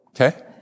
Okay